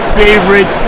favorite